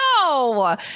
no